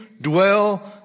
dwell